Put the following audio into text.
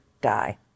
die